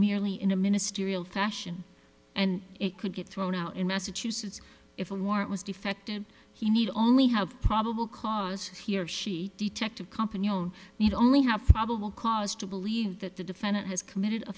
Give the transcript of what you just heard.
merely in a ministerial fashion and it could get thrown out in massachusetts if a warrant was defective he need only have probable cause here she detective compaero need only have probable cause to believe that the defendant has committed a